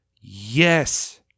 Yes